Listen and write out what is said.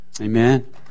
Amen